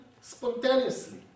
spontaneously